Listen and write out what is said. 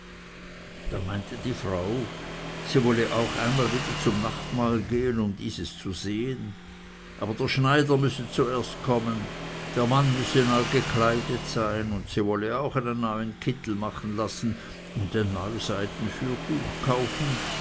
da meinte die frau sie wolle auch einmal wieder zum nachtmahl gehen um dieses zu sehen aber der schneider müsse zuerst kommen der mann müsse neu gekleidet sein und sie wolle auch einen neuen kittel machen lassen und ein neu seiden fürtuch kaufen